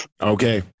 Okay